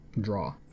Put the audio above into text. draw